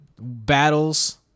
battles